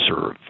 serve